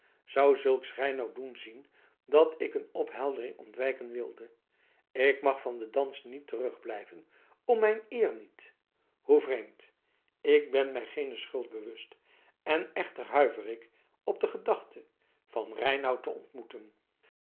zou zulks reinout doen zien dat ik een opheldering ontwijken wilde ik mag van den dans niet terugblijven om mijn eer niet hoe vreemd ik ben mij geene schuld bewust en echter huiver ik op de gedachte van reinout te ontmoeten